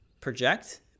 project